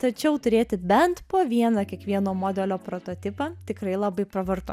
tačiau turėti bent po vieną kiekvieno modelio prototipą tikrai labai pravartu